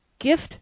gift